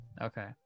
Okay